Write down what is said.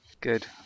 Good